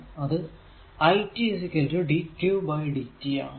അത് it dqdt ആണ്